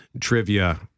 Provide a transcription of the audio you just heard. trivia